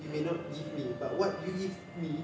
he may not give me but what you give me